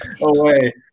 away